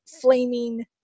flaming